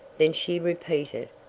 then she repeated,